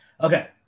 Okay